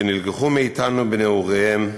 שנלקחו מאתנו בנעוריהם.